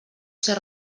ser